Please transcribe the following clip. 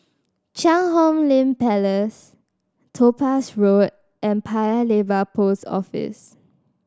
Cheang Hong Lim Place Topaz Road and Paya Lebar Post Office